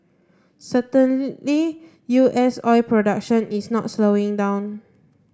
certainly U S oil production is not slowing down